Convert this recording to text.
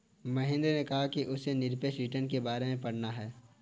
महेंद्र ने कहा कि उसे निरपेक्ष रिटर्न के बारे में पढ़ना है